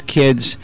kids